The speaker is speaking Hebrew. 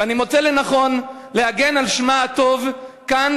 ואני מוצא לנכון להגן על שמה הטוב כאן,